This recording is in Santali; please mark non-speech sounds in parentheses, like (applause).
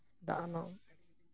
(unintelligible)